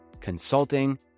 consulting